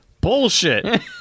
Bullshit